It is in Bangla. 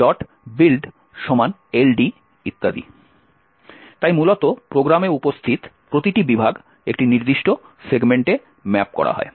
তাই মূলত প্রোগ্রামে উপস্থিত প্রতিটি বিভাগ একটি নির্দিষ্ট সেগমেন্টে ম্যাপ করা হয়